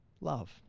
love